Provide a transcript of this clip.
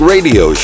Radio